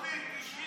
בצלאל סמוטריץ',